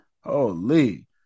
holy